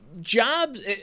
jobs